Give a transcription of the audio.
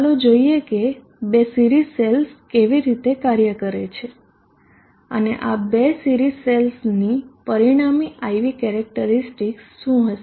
ચાલો જોઈએ કે 2 સિરિઝ સેલ્સ કેવી રીતે કાર્ય કરે છે અને આ 2 સિરિઝ સેલ્સની પરિણામી IV કેરેક્ટરીસ્ટિકસ શું હશે